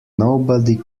nobody